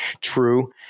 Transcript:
true